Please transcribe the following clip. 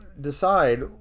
decide